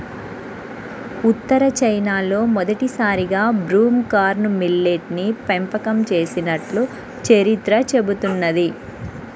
ఉత్తర చైనాలో మొదటిసారిగా broomcorn millet ని పెంపకం చేసినట్లు చరిత్ర చెబుతున్నది